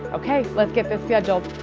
okay, let's get this scheduled.